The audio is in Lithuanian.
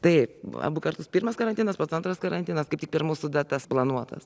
taip abu kartus pirmas karantinas pas antras karantinas kaip tik per mūsų datas planuotas